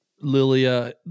Lilia